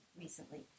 recently